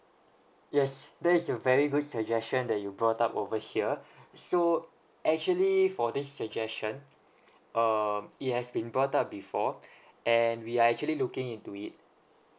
yes that is a very good suggestion that you brought up over here so actually for this suggestion um it has been brought up before and we are actually looking into it